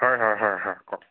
হয় হয় হয় হয় কওক